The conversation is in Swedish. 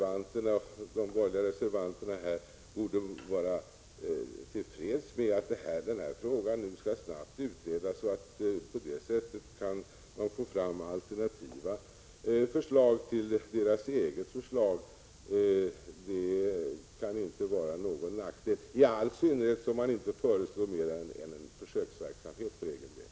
Jag tycker att de borgerliga reservanterna borde vara till freds med att denna fråga nu snabbt utreds så att man kan få fram alternativ till deras eget förslag. Detta kan inte vara någon nackdel, i all synnerhet som de inte föreslår mer än en försöksverksamhet.